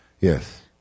Yes